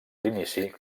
l’inici